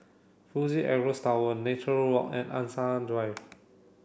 Fuji Xerox Tower Nature Walk and Angsana Drive